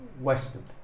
Western